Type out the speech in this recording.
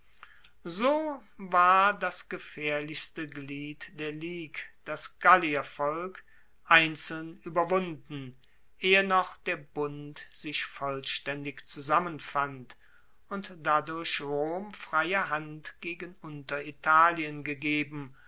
so war das gefaehrlichste glied der ligue das galliervolk einzeln ueberwunden ehe noch der bund sich vollstaendig zusammenfand und dadurch rom freie hand gegen unteritalien gegeben